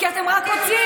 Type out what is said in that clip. כי אתם רק רוצים,